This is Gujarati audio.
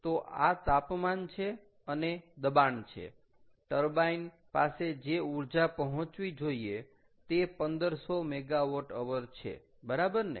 તો આ તાપમાન છે અને દબાણ છે ટર્બાઈન પાસે જે ઊર્જા પહોંચવી જોઈએ તે 1500 MWH છે બરાબર ને